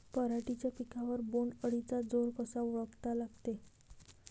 पराटीच्या पिकावर बोण्ड अळीचा जोर कसा ओळखा लागते?